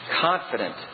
confident